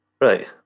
Right